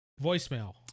Voicemail